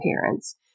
parents